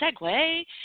segue